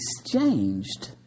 exchanged